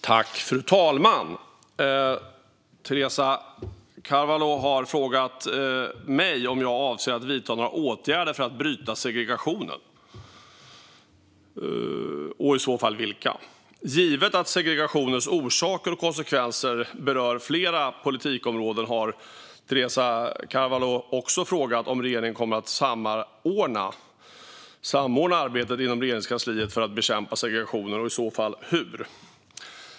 Fru talman! Teresa Carvalho har frågat mig om jag avser att vidta några åtgärder för att bryta segregationen och i så fall vilka. Givet att segregationens orsaker och konsekvenser berör flera politikområden har Teresa Carvalho också frågat om regeringen kommer att samordna arbetet inom Regeringskansliet för att bekämpa segregationen och i så fall hur.